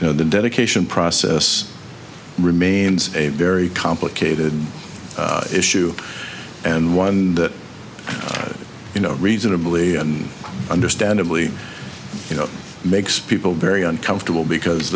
you know the dedication process remains a very complicated issue and one that you know reasonably and understandably you know makes people very uncomfortable